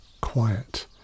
quiet